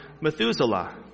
Methuselah